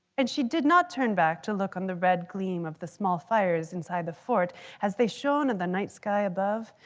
and she did not turn back to look on the red gleam of the small fires inside the fort as they shown in and the night sky above.